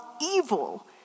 evil